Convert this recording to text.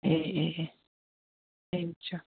ꯑꯦ ꯑꯦ ꯑꯦ